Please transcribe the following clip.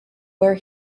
where